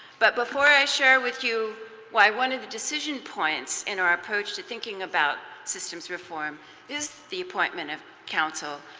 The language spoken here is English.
but before i share with you why one of the decision points in our approach to thinking about systems reform is the appointment of counsel,